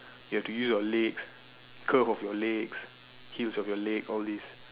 you have to use your leg curve of your legs hills of your leg all this